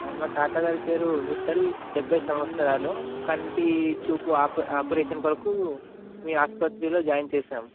మా తాతగారి పేరు విట్టల్ డెబ్భై సంవత్సరాలు కంటి చూపు ఆప ఆపరేషన్ కొరకు మీ ఆసుపత్రిలో జాయిన్ చేసాం